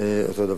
אותו הדבר.